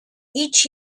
each